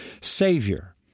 Savior